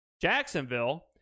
Jacksonville